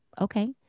okay